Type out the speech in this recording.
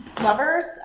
lovers